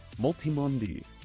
Multimondi